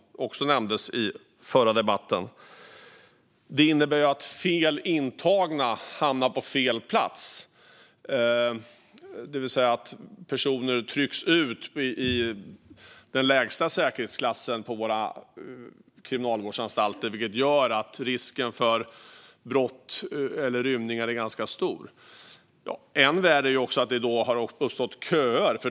Det här innebär att en del intagna hamnar på fel plats, det vill säga att personer trycks ut i den lägsta säkerhetsklassen på våra kriminalvårdsanstalter, vilket gör att risken för brott eller rymningar är ganska stor. Än värre är att det har uppstått köer.